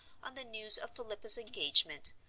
on the news of philippa's engagement,